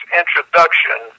introduction